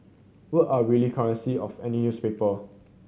word are really currency of any newspaper